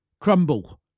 crumble